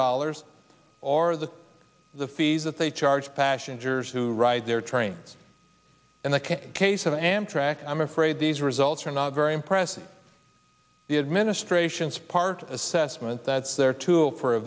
dollars or the fees that they charge passion gers who ride their trains in the case of amtrak and i'm afraid these results are not very impressive the administration's part assessment that's their tool for